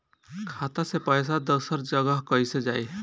खाता से पैसा दूसर जगह कईसे जाई?